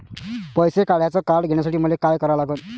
पैसा काढ्याचं कार्ड घेण्यासाठी मले काय करा लागन?